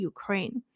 Ukraine 。